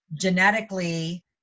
genetically